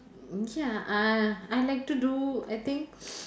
mm ya uh I like to do I think